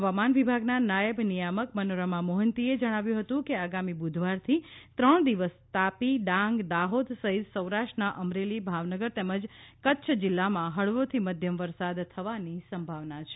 હવામાન વિભાગના નાયબ નિયામક મનોરમા મોહં તીએ જણાવ્યું હતું કે આગામી બુધવારથી ત્રણ દિવસ તાપી ડાંગ દાહોદ સહિત સૌરાષ્ટ્રઆના અમરેલી ભાવનગર તેમજ કચ્છ જીલ્લામાં હળવેથી મધ્યમ વરસાદ થવાની સંભાવના છે